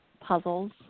puzzles